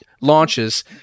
launches